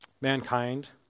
mankind